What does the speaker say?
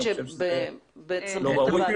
אני חושב שזה לא ראוי.